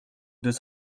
deux